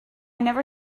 never